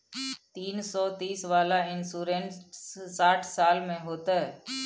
तीन सौ तीस वाला इन्सुरेंस साठ साल में होतै?